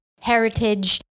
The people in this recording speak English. heritage